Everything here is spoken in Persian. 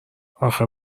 اخه